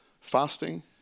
fasting